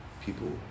people